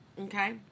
okay